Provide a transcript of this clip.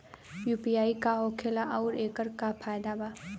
UPI का होखेला आउर एकर का फायदा बा?